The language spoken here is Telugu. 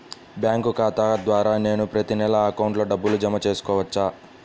బ్యాంకు ఖాతా ద్వారా నేను ప్రతి నెల అకౌంట్లో డబ్బులు జమ చేసుకోవచ్చా?